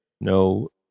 No